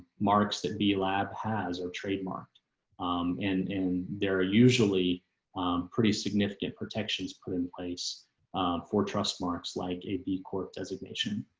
marks that be lab has or trademark um and they're usually pretty significant protections put in place for trust marks like a b corp designation.